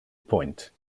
point